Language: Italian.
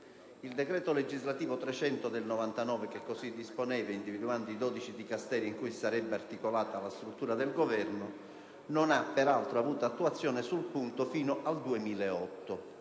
Il decreto legislativo n. 300 del 1999, che così disponeva individuando i 12 Dicasteri in cui si sarebbe articolata la struttura del Governo, non ha peraltro avuto attuazione sul punto fino al 2008: